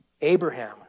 Abraham